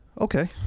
Okay